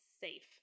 safe